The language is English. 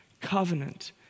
Covenant